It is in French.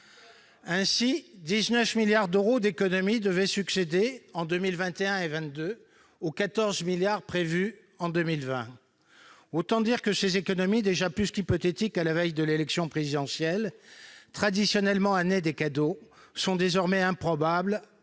Ainsi, 19 milliards d'euros d'économies devaient succéder en 2021 et 2022 aux 14 milliards d'euros prévus en 2020. Autant dire que ces économies, déjà plus qu'hypothétiques à la veille de l'élection présidentielle, traditionnelle année des cadeaux, sont désormais improbables